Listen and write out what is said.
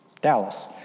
Dallas